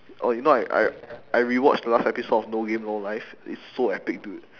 oh you know I I I rewatched the last episode of no game no life it's so epic dude